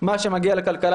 מה שמגיע לכלכלה,